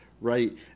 right